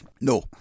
No